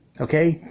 okay